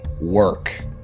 work